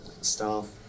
Staff